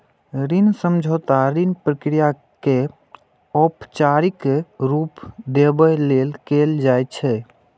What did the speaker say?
ऋण समझौता ऋण प्रक्रिया कें औपचारिक रूप देबय लेल कैल जाइ छै